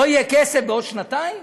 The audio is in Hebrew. לא יהיה כסף בעוד שנתיים?